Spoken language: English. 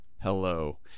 hello